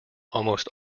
almost